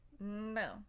No